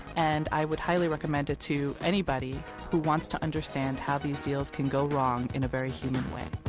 and i would highly recommend it to anybody who wants to understand how these deals can go wrong in a very human way.